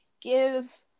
give